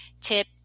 tip